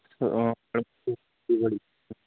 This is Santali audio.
ᱢᱤᱫ ᱜᱷᱟᱹᱲᱤ